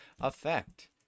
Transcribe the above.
effect